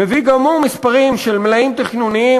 מביא גם הוא מספרים של מלאים תכנוניים